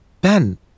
Ben